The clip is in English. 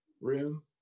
room